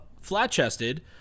flat-chested